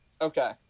Okay